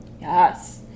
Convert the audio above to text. yes